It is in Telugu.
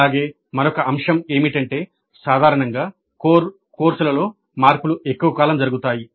అలాగే మరొక అంశం ఏమిటంటే సాధారణంగా కోర్ కోర్సులలో మార్పులు ఎక్కువ కాలం జరుగుతాయి